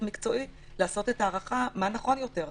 מקצועי לעשות את ההערכה מה נכון יותר,